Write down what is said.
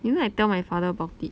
you know I tell my father about it